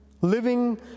living